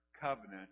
covenant